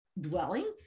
dwelling